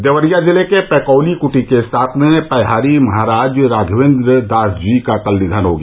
देवरिया जिले के पैकौली कृटी के सातवें पयहारी महाराज राघवेन्द्र दास जी का कल निधन हो गया